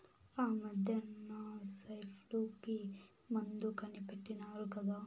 ఆమద్దెన సైన్ఫ్లూ కి మందు కనిపెట్టినారు కదా